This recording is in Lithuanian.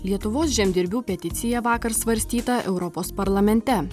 lietuvos žemdirbių peticija vakar svarstyta europos parlamente